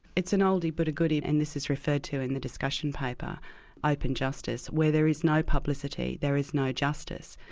it's an oldie but a goodie, and this is referred to in the discussion paper open justice, where there is no publicity, there is no justice.